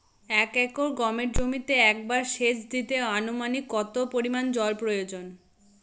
এক একর গমের জমিতে একবার শেচ দিতে অনুমানিক কত পরিমান জল প্রয়োজন?